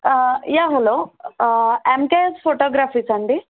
yeah hello అంటైర్స్ ఫొటోగ్రఫీసా అండి